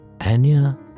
Anya